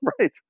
Right